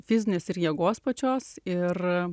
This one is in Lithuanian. fizinės ir jėgos pačios ir